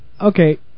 Okay